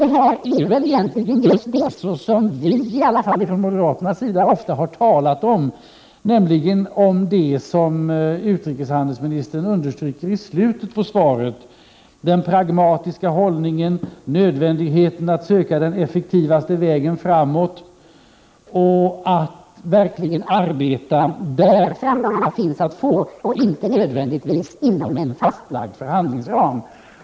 Det här är egentligen ett exempel på just det som i alla fall vi från moderaternas sida ofta har talat om, nämligen det som utrikeshandelsministern understryker i slutet av svaret: den pragmatiska hållningen, nödvändigheten att söka den effektivaste vägen framåt och att verkligen arbeta där framgångarna finns att få och inte nödvändigtvis inom en fastlagd förhandlingsram.